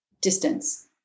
distance